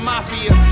Mafia